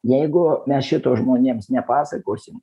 jeigu mes šito žmonėms nepasakosim